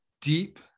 deep